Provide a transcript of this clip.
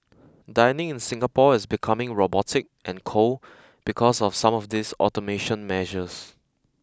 dining in Singapore is becoming robotic and cold because of some of these automation measures